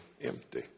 empty